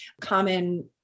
common